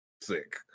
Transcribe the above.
sick